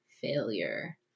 failure